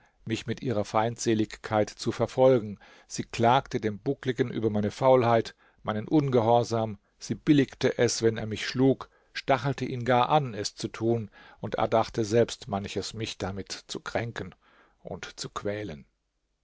mich mit ihrer feindseligkeit zu verfolgen sie klagte dem buckligen über meine faulheit meinen ungehorsam sie billigte es wenn er mich schlug stachelte ihn gar an es zu tun und erdachte selbst manches mich damit zu kränken und zu quälen